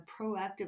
proactive